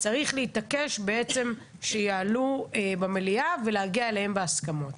צריך להתעקש בעצם שיעלו במליאה ולהגיע אליהם בהסכמות.